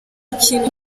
ikintu